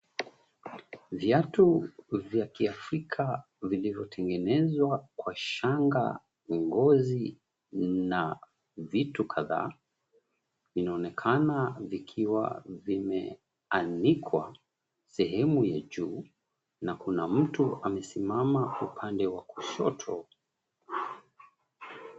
Viatu vya kiafrika vilivyotengenezwa kwa shanga, ngozi na vitu kadhaa vinaonekana vikiwa vimeanikwa sehemu ya juu na kuna mtu amesimama upande wa kushoto.